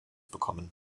bekommen